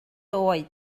oed